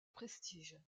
prestige